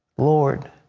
lord,